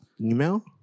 Email